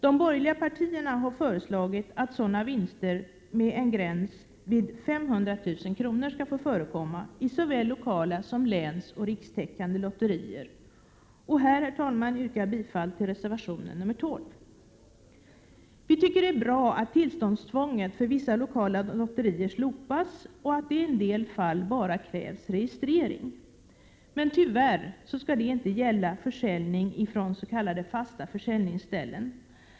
De borgerliga partierna har föreslagit att sådana vinster med en gräns vid 500 000 kr. skall få förekomma i såväl lokala som länsoch rikstäckande lotterier. Här yrkar jag bifall till reservation 12. Vi tycker det är bra att tillståndstvånget för vissa lokala lotterier slopas och att det i en del fall bara krävs registrering. Tyvärr skall det inte gälla försäljning från s.k. fasta försäljningsställen.